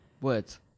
words